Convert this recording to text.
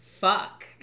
Fuck